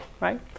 Right